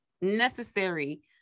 necessary